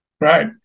Right